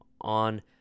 on